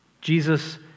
Jesus